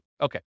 Okay